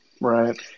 Right